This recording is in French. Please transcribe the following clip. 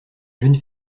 jeune